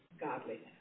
godliness